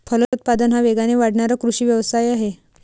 फलोत्पादन हा वेगाने वाढणारा कृषी व्यवसाय आहे